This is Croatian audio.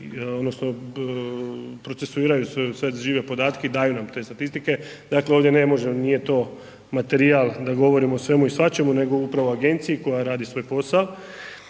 procesuiraju sve žive podatke i daju nam te statistike. Dakle, ovdje ne možemo nije to materijal da govorimo o svemu i svačemu, nego upravo o agenciji koja radi svoj posao